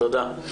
תודה.